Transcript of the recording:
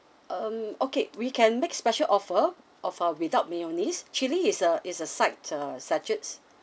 um okay we can make special offer of uh without mayonnaise chilli is a is a side err sachet